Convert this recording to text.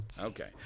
Okay